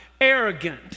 arrogant